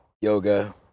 yoga